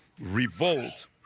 revolt